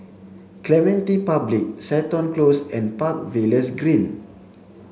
Clementi Public Seton Close and Park Villas Green